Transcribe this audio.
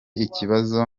ikibazo